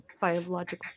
biological